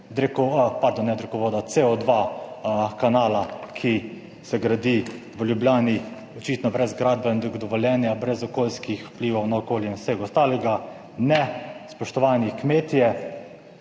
CO2 kanala, ki se gradi v Ljubljani, očitno brez gradbenega dovoljenja, brez okoljskih vplivov na okolje in vsega ostalega, ne, spoštovani kmetje,